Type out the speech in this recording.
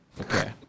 Okay